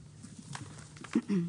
זה,